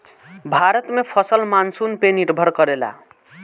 भारत में फसल मानसून पे निर्भर करेला